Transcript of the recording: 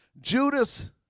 Judas